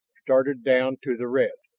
started down to the red.